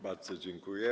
Bardzo dziękuję.